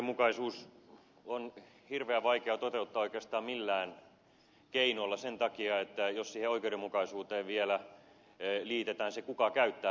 oikeudenmukaisuutta on hirveän vaikea toteuttaa oikeastaan millään keinolla jos siihen oikeudenmukaisuuteen vielä liitetään se kuka käyttää ylen palveluja